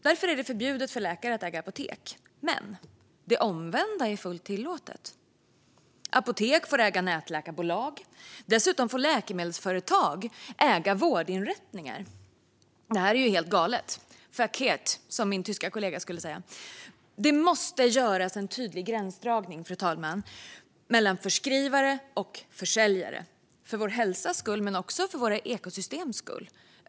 Därför är det förbjudet för läkare att äga apotek. Men det omvända är fullt tillåtet. Apotek får äga nätläkarbolag. Dessutom får läkemedelsföretag äga vårdinrättningar. Det är helt galet - verkehrt, som min tyska kollega skulle säga. Det måste göras en tydlig gränsdragning mellan förskrivare och försäljare, för vår hälsas skull och för våra ekosystems skull.